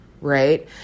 right